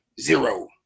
zero